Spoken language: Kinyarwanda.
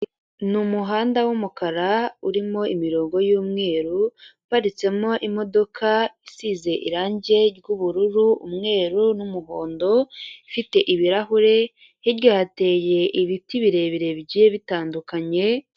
Ni umuhanda w'umukara urimo imirongo y'umweru, uparitsemo imodoka isize irange ry'ubururu, umweru n'umuhondo, ifite ibirahure,, hirya hateye ibiti birebire bigiye bitandukanye